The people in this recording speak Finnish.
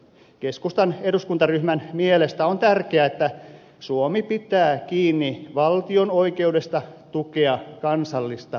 keskustan eduskuntaryhmän mielestä on tärkeää että suomi pitää kiinni valtion oikeudesta tukea kansallista kulttuuriaan